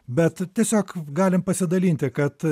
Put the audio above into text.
bet tiesiog galim pasidalinti kad